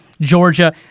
Georgia